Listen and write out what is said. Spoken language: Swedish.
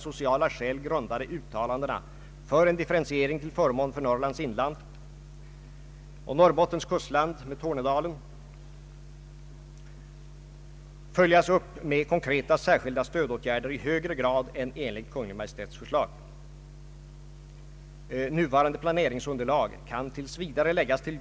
Möjlighet öppnades att giva investeringsstöd för att främja utflyttning från storstadsområdena av centrala administrativa enheter inom den privata sektorn.